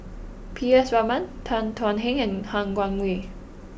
P S Raman Tan Thuan Heng and Han Guangwei